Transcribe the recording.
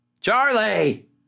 Charlie